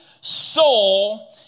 soul